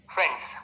Friends